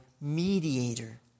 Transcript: mediator